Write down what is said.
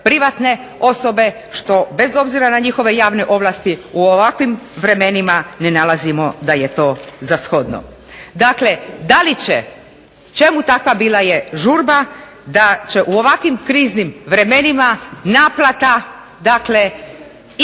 privatne osobe što bez obzira na njihove javne ovlasti u ovakvim vremenima ne nalazimo da je to za shodno. Dakle, da li će, čemu takva bila je žurba da će u ovakvim kriznim vremenima naplata dakle